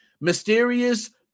Mysterious